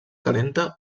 calenta